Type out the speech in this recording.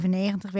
95